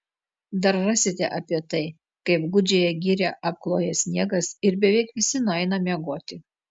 dar rasite apie tai kaip gūdžiąją girią apkloja sniegas ir beveik visi nueina miegoti